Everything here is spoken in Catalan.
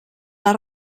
les